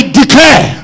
declare